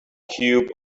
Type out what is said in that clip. cube